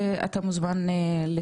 ולגבי השאלה הראשונה רק?